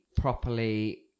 properly